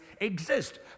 exist